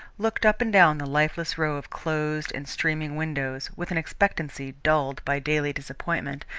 looked up and down the lifeless row of closed and streaming windows, with an expectancy dulled by daily disappointment,